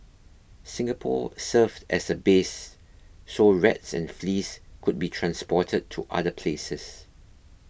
Singapore served as a base so rats and fleas could be transported to other places